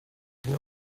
dipyn